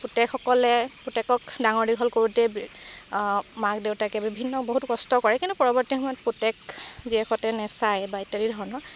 পুতেকসকলে পুতেকক ডাঙৰ দীঘল কৰোঁতেই মাক দেউতাকে বিভিন্ন বহুত কষ্ট কৰে কিন্তু পৰৱৰ্তী সময়ত পুতেক জীয়েকহঁতে নাচায় বা ইত্যাদি ধৰণৰ